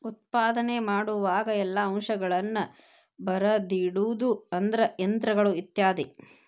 ಉತ್ಪಾದನೆ ಮಾಡುವಾಗ ಎಲ್ಲಾ ಅಂಶಗಳನ್ನ ಬರದಿಡುದು ಅಂದ್ರ ಯಂತ್ರಗಳು ಇತ್ಯಾದಿ